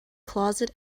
closet